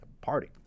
party